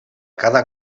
cada